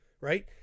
right